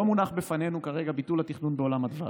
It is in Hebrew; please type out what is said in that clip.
לא מונח בפנינו כרגע ביטול התכנון בעולם הדבש.